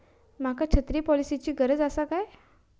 माका छत्री पॉलिसिची गरज आसा काय?